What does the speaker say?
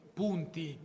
punti